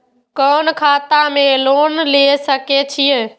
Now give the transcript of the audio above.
कोन खाता में लोन ले सके छिये?